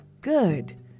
Good